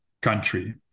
country